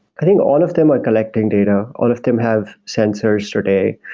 i think all of them are collecting data, all of them have sensors today.